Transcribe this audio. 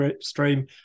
stream